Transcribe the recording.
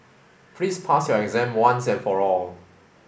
please pass your exam once and for all